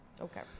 Okay